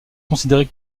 considérée